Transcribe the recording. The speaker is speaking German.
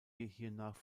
hiernach